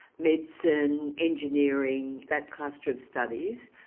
medicine, engineering, that cluster of studies.